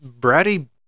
bratty